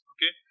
Okay